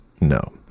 No